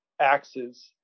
axes